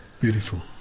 Beautiful